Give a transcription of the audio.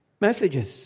messages